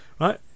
right